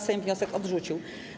Sejm wniosek odrzucił.